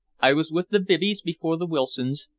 i was with the bibbys before the wilsons,